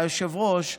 היושב-ראש,